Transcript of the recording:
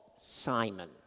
Simon